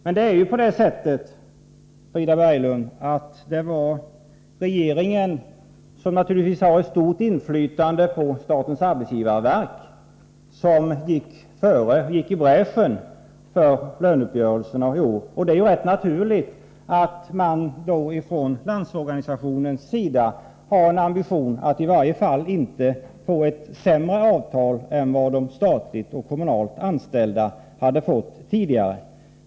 Men, Frida Berglund, regeringen, som naturligtvis har ett stort inflytande över statens arbetsgivarverk, gick ju i bräschen för löneuppgörelserna i år. Det är rätt naturligt att Landsorganisationen har en ambition att i varje fall inte få ett sämre avtal än det som de statligt och kommunalt anställda fått tidigare.